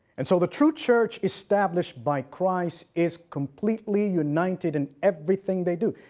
and so the true church established by christ is completely united in everything they do,